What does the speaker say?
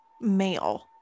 male